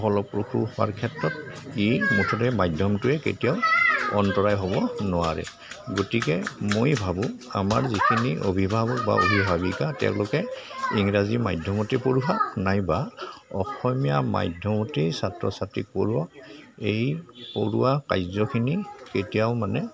ফলপ্ৰসু হোৱাৰ ক্ষেত্ৰত ই মুঠতে মাধ্যমটোৱে কেতিয়াও অন্তৰায় হ'ব নোৱাৰে গতিকে মই ভাবোঁ আমাৰ যিখিনি অভিভাৱক বা অভিভাৱিকা তেওঁলোকে ইংৰাজী মাধ্যমতে পঢ়োৱাওক নাইবা অসমীয়া মাধ্যমতেই ছাত্ৰ ছাত্ৰীক পঢ়োৱাওক এই পঢ়োৱা কাৰ্যখিনি কেতিয়াও মানে